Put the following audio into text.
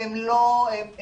הן לא שמישות